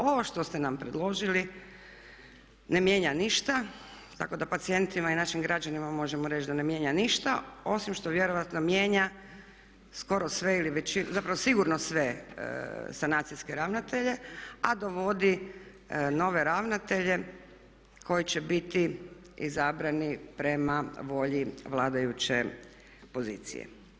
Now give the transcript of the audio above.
Ovo što ste nam predložili ne mijenja ništa, tako da pacijentima i našim građanima možemo reći da ne mijenja ništa, osim što vjerojatno mijenja skoro sve ili zapravo sigurno sve sanacijske ravnatelje a dovodi nove ravnatelje koji će biti izabrani prema volji vladajuće pozicije.